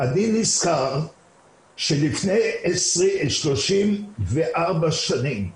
אני נזכר שלפני שלושים וארבע שנים,